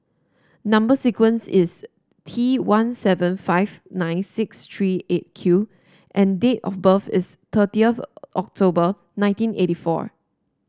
number sequence is T one seven five nine six three Eight Q and date of birth is thirty October nineteen eighty four